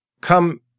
come